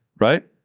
right